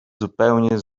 zupełnie